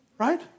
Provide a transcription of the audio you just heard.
right